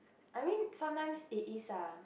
I mean sometimes it is ah